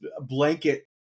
blanket